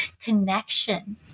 connection